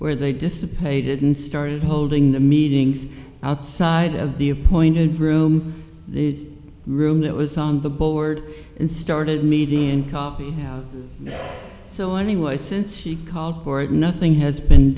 where they dissipated and started holding the meetings outside of the appointed room the room that was on the board and started meeting in coffee house so anyway since he called for it nothing has been